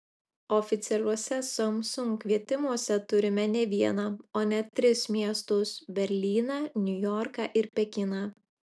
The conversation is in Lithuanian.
oficialiuose samsung kvietimuose turime ne vieną o net tris miestus berlyną niujorką ir pekiną